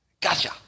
Gotcha